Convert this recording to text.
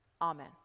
Amen